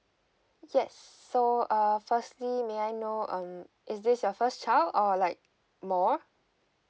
yes so uh firstly may I know um is this your first child or like more